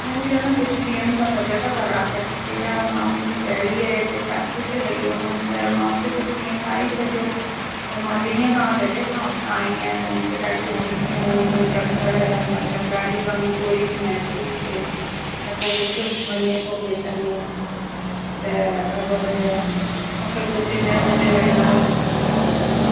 मुंहिंजी आहे न कुझु ॾींहनि खां तबियत ख़राबु लॻी पई आहे मां मुंहिंजी साहेड़ीअ जे इते शादीअ ते वई हुअमि त मां कुझु इअं खाई छॾियो त मां ॾींहं खां जॾहिं खां उतां आई आहियां त मूंखे ॾाढियूं उल्टियूं चकर मतिलबु ॾाढी कमज़ोरी थी महिसूसु थिए न को कुझु वञे थो पेट में त अगरि मूंखे कुझु इन जो मुंहिंजे लाइ इलाजु हुजे त मूंखे ॿुधायो